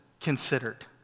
considered